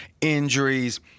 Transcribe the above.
injuries